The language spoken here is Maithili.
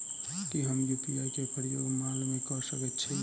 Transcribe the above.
की हम यु.पी.आई केँ प्रयोग माल मै कऽ सकैत छी?